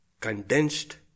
condensed